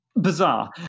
Bizarre